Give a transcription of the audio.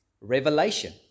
revelation